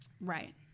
Right